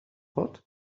what